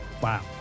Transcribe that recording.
Wow